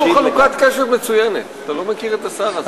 יש לו חלוקת קשב מצוינת, אתה לא מכיר את השר הזה.